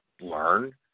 learn